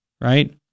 right